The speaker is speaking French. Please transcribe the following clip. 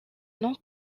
non